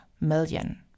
million